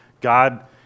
God